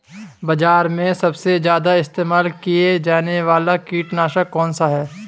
बाज़ार में सबसे ज़्यादा इस्तेमाल किया जाने वाला कीटनाशक कौनसा है?